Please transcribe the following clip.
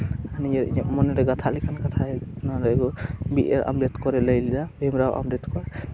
ᱱᱚᱶᱟ ᱤᱧᱟᱹᱜ ᱢᱚᱱᱮᱨᱮ ᱜᱟᱛᱷᱟᱜ ᱞᱮᱠᱟᱱ ᱠᱟᱛᱷᱟᱭ ᱞᱟᱹᱭᱮᱫᱼᱟ ᱵᱤ ᱟᱨ ᱟᱢᱵᱮᱫᱠᱚᱨ ᱞᱟᱹᱭ ᱞᱮᱫᱟ ᱵᱷᱤᱢᱨᱟᱣ ᱟᱢᱵᱮᱫ ᱠᱚᱨ